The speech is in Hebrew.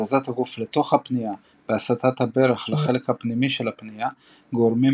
הזזת הגוף לתוך הפנייה והסטת הברך לחלק הפנימי של הפנייה גורמים